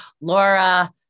Laura